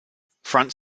front